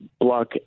block